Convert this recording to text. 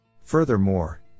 Furthermore